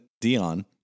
Dion